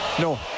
no